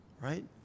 right